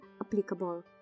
applicable